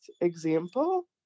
example